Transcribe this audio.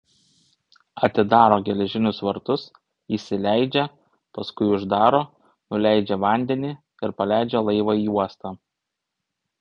atidaro geležinius vartus įsileidžia paskui uždaro nuleidžia vandenį ir paleidžia laivą į uostą